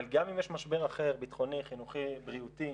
אבל גם אם יש משבר אחר, ביטחוני, חינוכי, בריאותי,